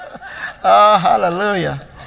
Hallelujah